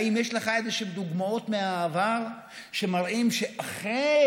האם יש לך איזשהן דוגמאות מהעבר שמראות שאכן